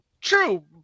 True